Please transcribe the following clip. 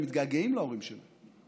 הם מתגעגעים להורים שלהם,